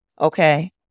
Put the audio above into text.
Okay